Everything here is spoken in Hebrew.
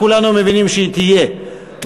כולנו מבינים שהיא תהיה,